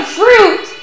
fruit